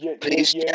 please